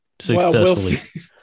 successfully